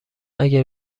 اگر